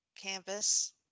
canvas